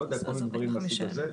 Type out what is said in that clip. כל מיני דברים מן הסוג הזה.